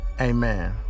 amen